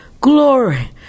Glory